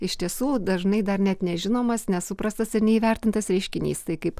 iš tiesų dažnai dar net nežinomas nesuprastas ir neįvertintas reiškinys tai kaip